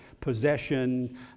possession